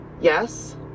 Yes